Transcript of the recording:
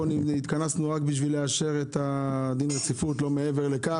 התכנסנו פה בדיון רק בשביל לאשר דין רציפות ולא מעבר לכך.